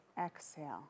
exhale